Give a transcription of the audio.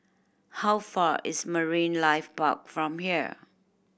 how far is Marine Life Park from here